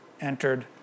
entered